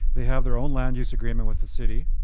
they have their own land use agreement with the city,